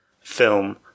film